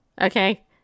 Okay